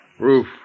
Roof